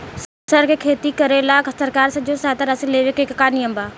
सर के खेती करेला सरकार से जो सहायता राशि लेवे के का नियम बा?